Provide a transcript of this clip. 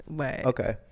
Okay